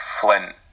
flint